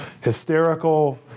hysterical